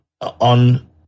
on